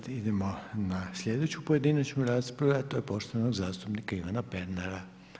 Sada idemo na sljedeću pojedinačnu raspravu, a to je poštovanog zastupnika Ivana Pernara.